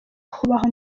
kubaho